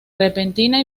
repentina